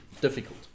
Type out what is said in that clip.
difficult